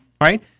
right